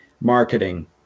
marketing